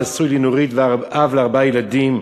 נשוי לנורית ואב לארבעה ילדים,